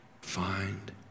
find